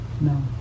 No